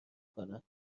کند